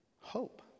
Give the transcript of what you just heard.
Hope